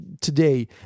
today